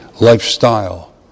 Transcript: lifestyle